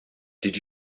did